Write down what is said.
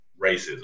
racism